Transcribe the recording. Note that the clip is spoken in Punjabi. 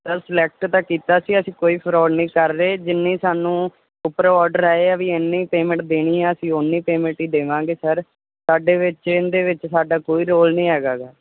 ਸਰ ਸਲੈਕਟ ਤਾਂ ਕੀਤਾ ਸੀ ਅਸੀਂ ਕੋਈ ਫਰੋਡ ਨਹੀਂ ਕਰ ਰਹੇ ਜਿੰਨੀ ਸਾਨੂੰ ਉੱਪਰੋਂ ਆਰਡਰ ਆਏ ਆ ਵੀ ਇੰਨੀ ਪੇਮੈਂਟ ਦੇਣੀ ਆ ਅਸੀਂ ਓਨੀ ਪੇਮੈਂਟ ਹੀ ਦੇਵਾਂਗੇ ਸਰ ਸਾਡੇ ਵਿੱਚ ਇਹਦੇ ਵਿੱਚ ਸਾਡਾ ਕੋਈ ਰੋਲ ਨਹੀਂ ਹੈਗਾ ਗਾ